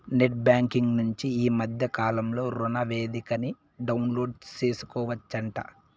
net banking నుంచి ఈ మద్దె కాలంలో రుణనివేదికని డౌన్లోడు సేసుకోవచ్చంట